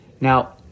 Now